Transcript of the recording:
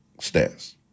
stats